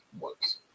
works